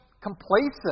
complacent